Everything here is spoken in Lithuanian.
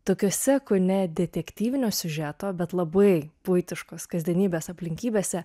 tokiose kone detektyvinio siužeto bet labai buitiškos kasdienybės aplinkybėse